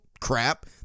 crap